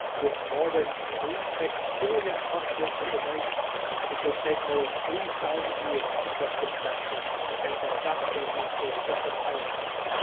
with more than three sextillion possible combinations it would take more than three thousand years to crack this password and that doesn't even include special characters.